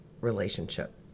relationship